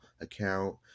account